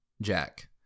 Jack